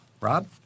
Rob